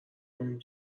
کنیم